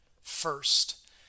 First